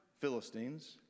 Philistines